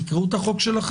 תקראו את הצעת החוק שלכם,